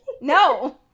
No